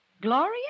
Gloria